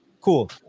Cool